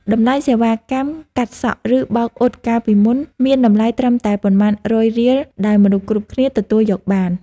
តម្លៃសេវាកម្មកាត់សក់ ឬបោកអ៊ុតកាលពីមុនមានតម្លៃត្រឹមតែប៉ុន្មានរយរៀលដែលមនុស្សគ្រប់គ្នាទទួលយកបាន។